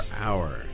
hour